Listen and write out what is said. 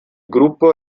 gruppo